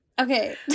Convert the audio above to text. Okay